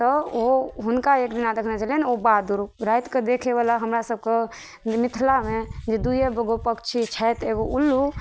तऽ ओ हुनका एक दिना देखने छलनि ओ बाद राति कऽ देखै बला हमरा सबके मिथिलामे जे दुइये गो पक्षी छथि एगो उल्लू